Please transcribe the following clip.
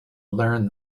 learn